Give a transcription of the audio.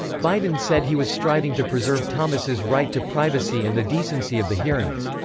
biden said he was striving to preserve thomas's right to privacy and the decency of the hearings.